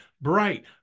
bright